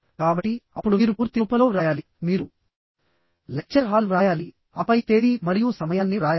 కాబట్టి అప్పుడు మీరు పూర్తి రూపంలో వ్రాయాలి మీరు లెక్చర్ హాల్ వ్రాయాలి ఆపై తేదీ మరియు సమయాన్ని వ్రాయాలి